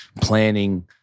planning